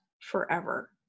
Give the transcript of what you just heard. forever